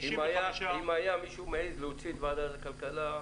אם היה מישהו מעז להוציא את ועדת הכלכלה,